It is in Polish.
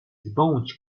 zbądź